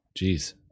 Jeez